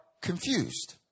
confused